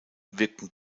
wirkten